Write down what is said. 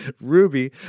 Ruby